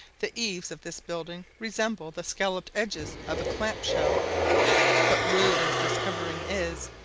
the eaves of this building resemble the scolloped edges of a clam shell but rude as this covering is,